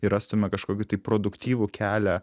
ir rastume kažkokį tai produktyvų kelią